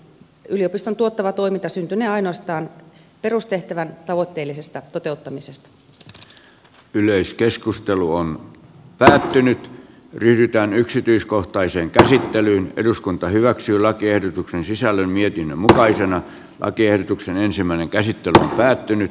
yliopiston tuottava toiminta syntynee ainoastaan perustehtävän tavoitteellisesta toteuttamisesta yleiskeskustelu on päätynyt yhtään yksityiskohtaiseen käsittelyyn eduskunta hyväksyi lakiehdotuksen sisällön ja mutkaisen lakiehdotuksen ensimmäinen käsittely on päättynyt